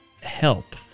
help